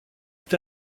est